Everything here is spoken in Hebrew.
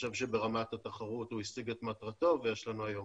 שברמת התחרות הוא השיג את מטרתו ויש לנו היום